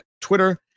Twitter